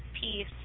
peace